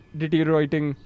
deteriorating